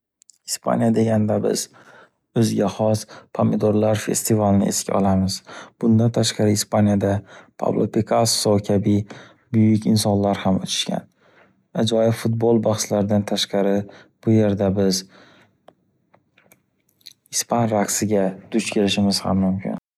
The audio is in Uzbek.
Ispaniya deganda biz o’ziga xos pomidorlar festivalini esga olamiz. Bundan tashqari Ispaniyada Pablo Pikasso kabi buyuk insonlar ham o’tishgan. Ajoyib futbol baxslaridan tashqari, bu yerda biz ispan raqsiga duch kelishimiz mumkin.